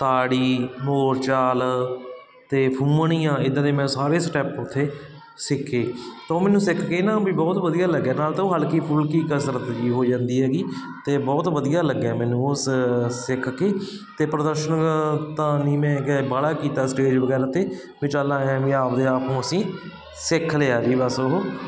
ਤਾੜੀ ਬੋਲਚਾਲ ਅਤੇ ਫੂੰਮਣੀਆਂ ਇੱਦਾਂ ਦੇ ਮੈਂ ਸਾਰੇ ਸਟੈਪ ਉੱਥੇ ਸਿੱਖੇ ਅਤੇ ਉਹ ਮੈਨੂੰ ਸਿੱਖ ਕੇ ਨਾ ਵੀ ਬਹੁਤ ਵਧੀਆ ਲੱਗਿਆ ਨਾਲੇ ਤਾਂ ਉਹ ਹਲਕੀ ਫੁਲਕੀ ਕਸਰਤ ਜੀ ਹੋ ਜਾਂਦੀ ਹੈਗੀ ਅਤੇ ਬਹੁਤ ਵਧੀਆ ਲੱਗਿਆ ਮੈਨੂੰ ਉਸ ਸਿੱਖ ਕੇ ਅਤੇ ਪ੍ਰਦਰਸ਼ਨ ਤਾਂ ਨਹੀਂ ਮੈਂ ਹੈਗਾ ਬਾਹਲਾ ਕੀਤਾ ਸਟੇਜ ਵਗੈਰਾ 'ਤੇ ਵੀ ਚੱਲ ਐਂ ਵੀ ਆਪ ਦੇ ਆਪਨੂੰ ਅਸੀਂ ਸਿੱਖ ਲਿਆ ਜੀ ਬਸ ਉਹ